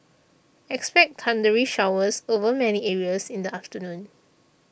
expect thundery showers over many areas in the afternoon